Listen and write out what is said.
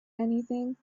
anything